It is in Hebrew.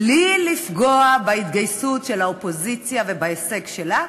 בלי לפגוע בהתגייסות של האופוזיציה ובהישג שלה,